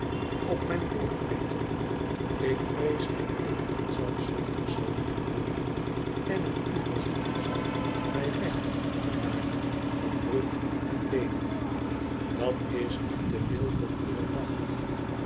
op mijn woord petemoei ik vrees dat ik dan zelfzuchtig zal mosten worden en ik u verzoeken zal mij recht te maken van rug en beenen dat is niet te veel voor uwe macht